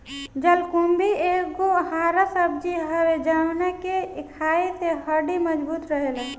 जलकुम्भी एगो हरा सब्जी हवे जवना के खाए से हड्डी मबजूत रहेला